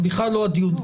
זה בכלל לא הדיון.